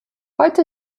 heute